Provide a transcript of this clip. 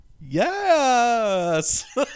Yes